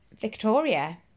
Victoria